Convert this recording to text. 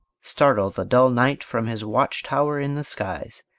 startle the dull night from his watch-tower in the skies,